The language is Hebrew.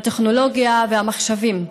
הטכנולוגיה והמחשבים,